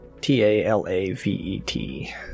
T-A-L-A-V-E-T